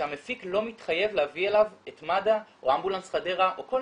שהמפיק לא מתחייב להביא אליו את מד"א או אמבולנס חדרה